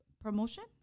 Promotion